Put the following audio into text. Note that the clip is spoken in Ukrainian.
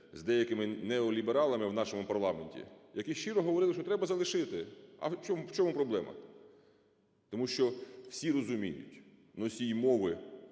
з деякиминеолібералами в нашому парламенті, які щиро говорили, що треба залишити, а в чому проблема. Тому що всі розуміють: носії мови